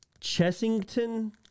Chessington